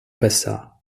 passa